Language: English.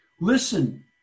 Listen